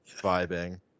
vibing